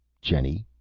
jenny,